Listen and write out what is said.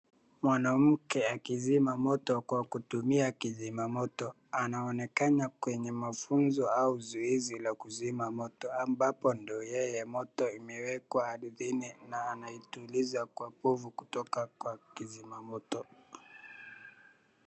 Mwanamke akizima moto kwa kutumia kizima moto. Anaonekana kwenye mafunzo au zoezi la kuzima moto, ambapo ndo yeye moto imewekwa ardhini na anaituliza kwa povu kutoka kwa kizima moto.